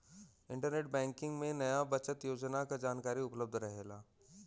internet banking में नया बचत योजना क जानकारी उपलब्ध रहेला